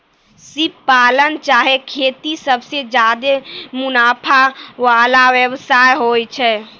सिप पालन चाहे खेती सबसें ज्यादे मुनाफा वला व्यवसाय होय छै